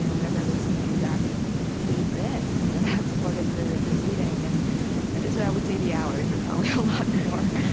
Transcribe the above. whatever i listen to, that feeds in. you know that's part of the the reading. and so i would say the hours are probably a lot more.